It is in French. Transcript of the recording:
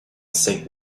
cinq